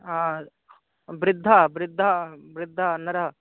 हा वृद्धा वृद्धा वृद्धा नरः